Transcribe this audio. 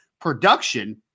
production